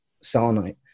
selenite